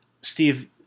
Steve